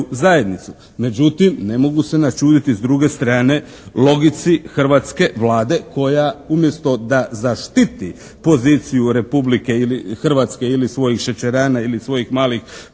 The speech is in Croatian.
Međutim, ne mogu se načuditi s druge strane logici hrvatske Vlade koja umjesto da zaštiti poziciju Republike Hrvatske ili svojih šećerana ili svojih malih proizvođača,